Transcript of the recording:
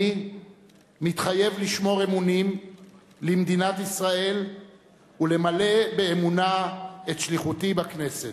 "אני מתחייב לשמור אמונים למדינת ישראל ולמלא באמונה את שליחותי בכנסת".